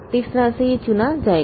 तो इस तरह से यह चुना जाएगा